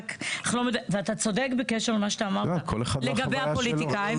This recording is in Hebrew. אנחנו לא ואתה צודק בקשר למה שאמרת לגבי הפוליטיקאים,